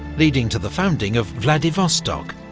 leading to the founding of vladivostok,